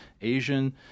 Asian